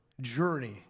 journey